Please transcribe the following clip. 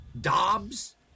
Dobbs